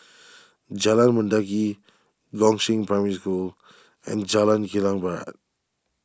Jalan Mendaki Gongshang Primary School and Jalan Kilang Barat